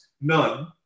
None